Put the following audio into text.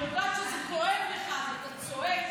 אני יודעת שזה כואב לך אז אתה צועק,